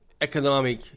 economic